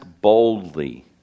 boldly